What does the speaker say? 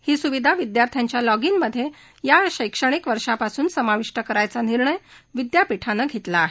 ही स्विधा विद्यार्थ्यांच्या लॉगिनमध्ये या शैक्षणिक वर्षापासून समाविष्ट करायचा निर्णय विदयापीठानं घेतला आहे